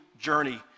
journey